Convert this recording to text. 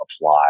apply